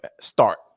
start